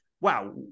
wow